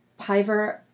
Piver